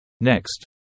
Next